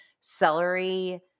celery